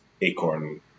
Acorn